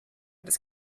das